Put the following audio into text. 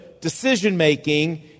decision-making